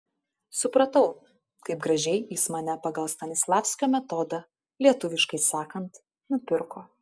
supratau kaip gražiai jis mane pagal stanislavskio metodą lietuviškai sakant nupirko